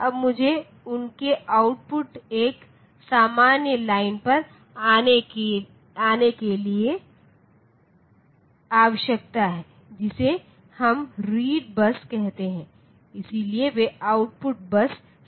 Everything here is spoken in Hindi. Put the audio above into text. अब मुझे उनके आउटपुट एक सामान्य लाइन पर आने के लिए आवश्यकता है जिसे हम रीड बस कहते हैं इसलिए वे आउटपुट बस से जुड़े हुए हैं